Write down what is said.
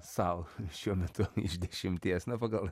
sau šiuo metu iš dešimties na pagal